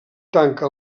tanca